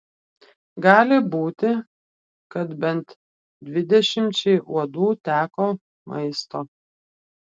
gali būti kad bent dvidešimčiai uodų teko maisto